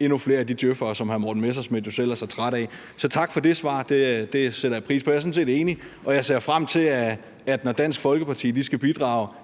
endnu flere af de djøf'er, som hr. Morten Messerschmidt jo selv er så træt af. Så tak for det svar. Det sætter jeg pris på. Jeg er sådan set enig, og jeg ser frem til, at når Dansk Folkeparti skal bidrage